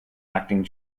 acting